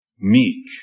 meek